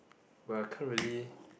well I can't really